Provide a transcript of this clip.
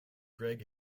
greg